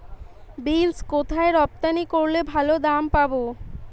Beans কোথায় রপ্তানি করলে ভালো দাম পাব?